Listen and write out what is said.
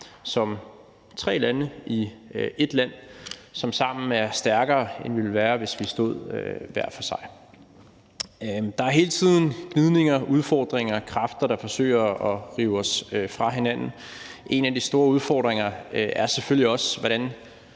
som tre lande i ét land, som sammen er stærkere, end vi ville være, hvis vi stod hver for sig. Der er hele tiden gnidninger, udfordringer og kræfter, der forsøger at rive os fra hinanden. En af de store udfordringer er selvfølgelig, hvordan